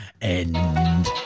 End